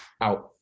out